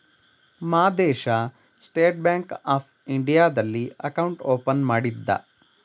Madesha state bank of ಇಂಡಿಯಾದಲ್ಲಿ account open ಮಾಡಿದ್ದ